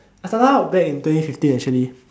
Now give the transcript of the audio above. I started out back in twenty fifteen actually